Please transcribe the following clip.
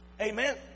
Amen